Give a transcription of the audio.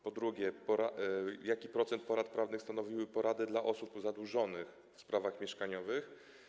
Po drugie, jaki procent porad prawnych stanowiły porady dla osób zadłużonych w sprawach mieszkaniowych?